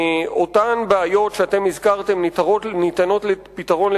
אותן בעיות שאתם הזכרתם ניתנות לפתרון,